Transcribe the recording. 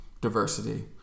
diversity